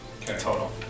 total